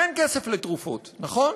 אין כסף לתרופות, נכון?